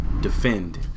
defend